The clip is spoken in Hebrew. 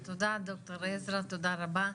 תודה, דוקטור עזרא, תודה רבה.